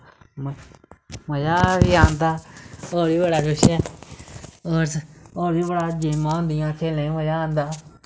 मज़ा बी आंदा होर बी बड़ा किश ऐ होर होर बी बड़ा गेमां होंदियां खेलने गी मज़ा आंदा